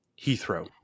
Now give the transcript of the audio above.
Heathrow